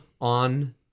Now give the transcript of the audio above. on